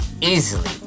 Easily